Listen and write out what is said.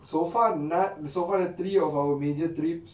so far none so far the three of our major trips